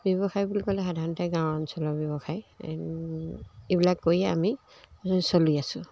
ব্যৱসায় বুলি ক'লে সাধাৰণতে গাঁও অঞ্চলৰ ব্যৱসায় এইবিলাক কৰিয়ে আমি চলি আছোঁ